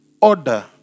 order